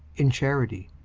in charity,